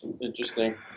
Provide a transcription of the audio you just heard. interesting